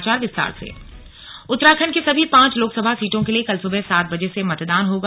चुनाव परिदृश्य उत्तराखंड की सभी पांच लोकसभा सीटों के लिए कल सुबह सात बजे से मतदान होगा